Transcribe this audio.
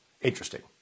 interesting